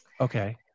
okay